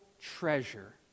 treasure